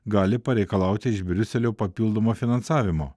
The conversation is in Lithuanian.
gali pareikalauti iš briuselio papildomo finansavimo